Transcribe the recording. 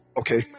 okay